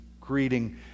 greeting